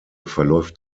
verläuft